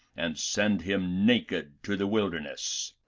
and send him naked to the wilderness.